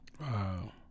Wow